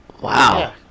Wow